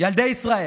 ילדי ישראל,